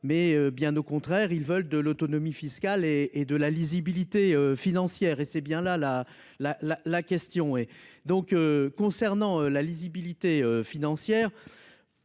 mais bien au contraire, ils veulent de l'autonomie fiscale et et de la lisibilité financière et c'est bien la la la la la question est donc, concernant la lisibilité financière.